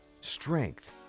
strength